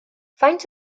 faint